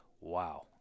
wow